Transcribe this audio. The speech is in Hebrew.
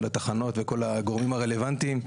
של התחנות וכל הגורמים הרלוונטיים.